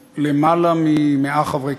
מכיוון שכבר עברנו